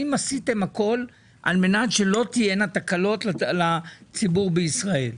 האם עשיתם הכול על מנת שלא תהיינה תקלות לציבור בישראל?